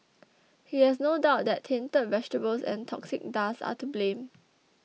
he has no doubt that tainted vegetables and toxic dust are to blame